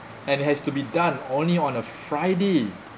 and has to be done only on a friday